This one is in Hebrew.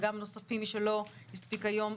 מי שלא הספיק היום,